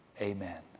Amen